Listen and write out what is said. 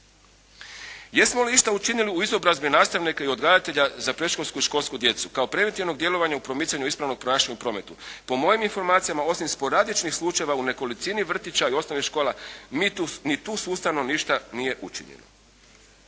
Jesmo li išta učinili u izobrazbi nastavnika i odgajatelja za predškolsku i školsku djecu kao preventivnog djelovanja u promicanju ispravnog ponašanja u prometu. Po mojim informacijama, osim sporadičnih slučajeva u nekolicino vrtića i osnovnih škola, ni tu sustavno ništa nije učinjeno.